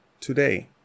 today